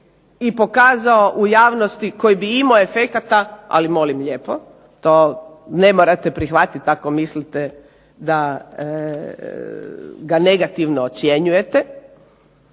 i pokazao u javnosti koji bi imao efekata ali molim lijepo to ne morate prihvatiti ako mislite da ga negativno ocjenjujete.